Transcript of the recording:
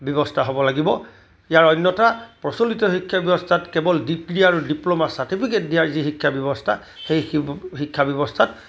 ব্যৱস্থা হ'ব লাগিব ইয়াৰ অন্যথা প্ৰচলিত শিক্ষা ব্যৱস্থাত কেৱল ডিগ্ৰী আৰু ডিপ্ল'মা চাৰ্টিফিকেট দিয়াৰ যি শিক্ষা ব্যৱস্থা সেই শি শিক্ষাব্যৱস্থাত